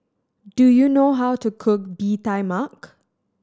do you know how to cook Bee Tai Mak